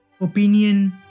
Opinion